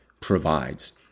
provides